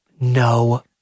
No